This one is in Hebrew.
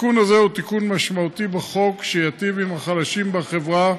התיקון הזה הוא תיקון משמעותי בחוק שייטיב עם החלשים בחברה,